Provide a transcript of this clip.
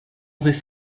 this